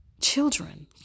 children